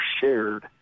shared